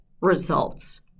results